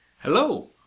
Hello